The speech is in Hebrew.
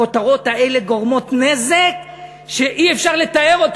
הכותרות האלה גורמות נזק שאי-אפשר לתאר אותו,